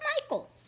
Michael